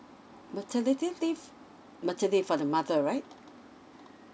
maternity leave maternity leave for the mother right